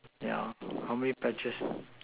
yeah how many patches